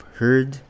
heard